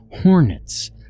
Hornets